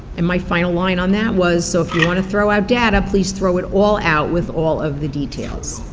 and my final line on that was, so if you want to throw out data, please throw it all out with all of the details.